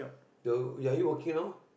so are you working now